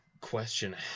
question